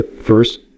first